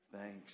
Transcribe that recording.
Thanks